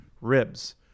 Ribs